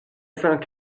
cinq